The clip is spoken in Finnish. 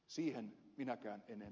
siihen minäkään enen